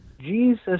Jesus